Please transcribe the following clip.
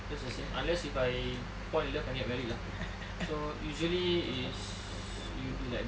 just the same unless if I fall in love and get married lah so usually is you do like that